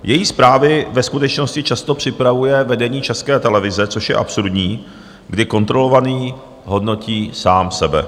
Její zprávy ve skutečnosti často připravuje vedení České televize, což je absurdní, kdy kontrolovaný hodnotí sám sebe.